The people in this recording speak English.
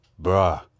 brah